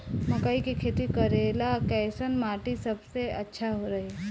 मकई के खेती करेला कैसन माटी सबसे अच्छा रही?